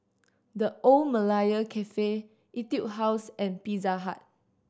The Old Malaya Cafe Etude House and Pizza Hut